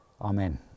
amen